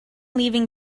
leaving